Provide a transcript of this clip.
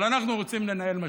אבל אנחנו רוצים לנהל משבר,